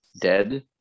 dead